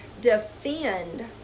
defend